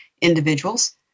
individuals